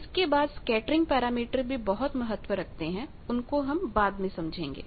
इसके बाद scattering parameter भी बहुत महत्व रखते हैं उनको हम बाद में समझेंगे